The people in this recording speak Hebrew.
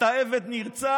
אתה עבד נרצע